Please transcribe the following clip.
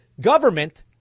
government